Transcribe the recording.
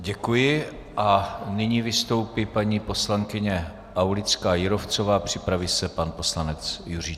Děkuji a nyní vystoupí paní poslankyně Aulická Jírovcová, připraví se pan poslanec Juříček.